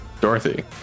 Dorothy